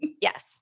Yes